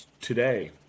today